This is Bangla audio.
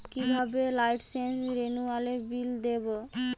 কিভাবে লাইসেন্স রেনুয়ালের বিল দেবো?